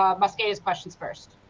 um mosqueda's questions first.